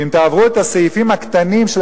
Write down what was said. ואם תעברו על הסעיפים הקטנים של